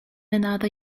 another